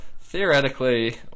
Theoretically